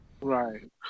Right